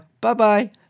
Bye-bye